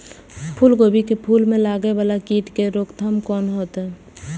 फुल गोभी के फुल में लागे वाला कीट के रोकथाम कौना हैत?